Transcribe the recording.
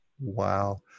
Wow